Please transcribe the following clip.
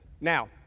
Now